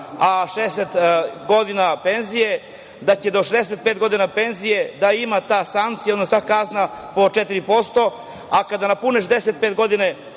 a 60 godina penzije, da će do 65 godina penzije da ima ta sankcija, odnosno kazna po 4%. A kada napuniš 65 godine